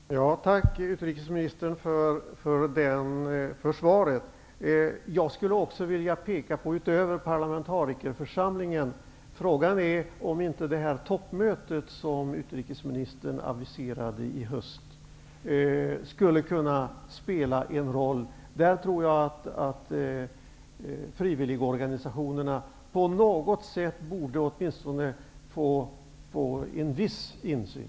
Herr talman! Tack utrikesministern för svaret. Jag skulle också vilja peka på något utöver parlamentarikerförsamlingen. Frågan är om inte det toppmöte som utrikesministern aviserade i höst skulle kunna spela en roll. Där tror jag att frivilligorganisationerna på något sätt åtminstone borde få en viss insyn.